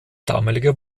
damaliger